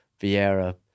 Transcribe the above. Vieira